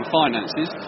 finances